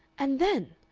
and then!